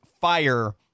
fire